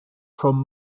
from